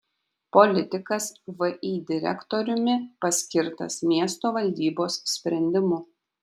politikas vį direktoriumi paskirtas miesto valdybos sprendimu